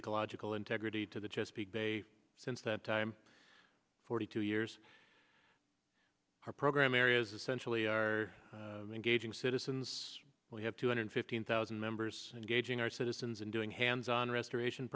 ecological integrity to the chesapeake bay since that time forty two years our program areas essentially are engaging citizens we have two hundred fifteen thousand members engaging our citizens and doing hands on restoration